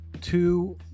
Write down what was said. two